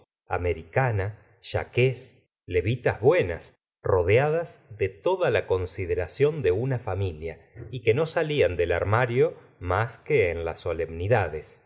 americana chaqués levitas buenas rodeadas de toda la consideración de una familia y que no salían del armario más que en las solemnidades